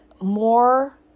more